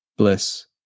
bliss